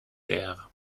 aires